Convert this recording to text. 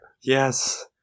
Yes